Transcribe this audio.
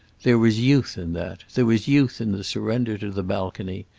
there was youth in that, there was youth in the surrender to the balcony,